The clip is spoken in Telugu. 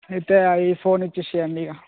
అయితే ఆ ఈ ఫోన్ ఇచ్చేసేయండి ఇక